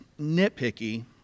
nitpicky